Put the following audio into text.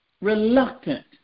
reluctant